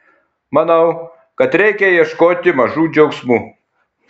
manau kad reikia ieškoti mažų džiaugsmų